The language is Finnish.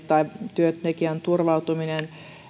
tai työntekijän turvautumiseen